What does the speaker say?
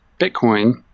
Bitcoin